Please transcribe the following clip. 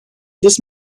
this